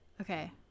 Okay